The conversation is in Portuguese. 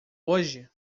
hoje